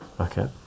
okay